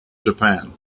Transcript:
japan